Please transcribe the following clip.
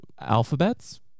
alphabets